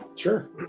Sure